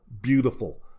beautiful